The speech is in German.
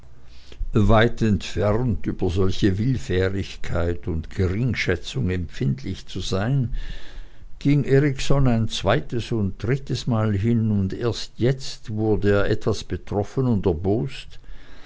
weit entfernt über solche willfährigkeit und geringschätzung empfindlich zu sein ging erikson ein zweites und drittes mal hin und erst jetzt wurde er etwas betroffen und erbost